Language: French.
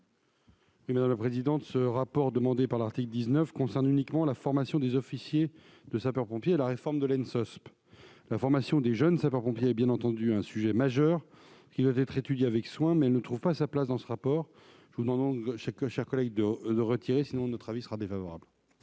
de la commission ? Le rapport évoqué à l'article 19 concerne uniquement la formation des officiers de sapeurs-pompiers et la réforme de l'Ensosp. La formation des jeunes sapeurs-pompiers est bien entendu un sujet majeur, qui doit être étudié avec soin, mais elle ne trouve pas sa place dans ce rapport. Je vous demande donc, ma chère collègue, de bien vouloir retirer votre